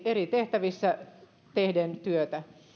eri tehtävissä tehden työtä